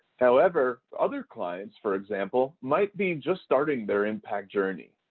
however, other clients for example, might be just starting their impact tourney.